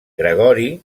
gregori